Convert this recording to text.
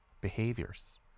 behaviors